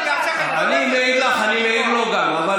אני מעיר לך, אני מעיר גם לו.